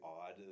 odd